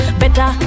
better